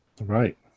Right